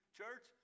church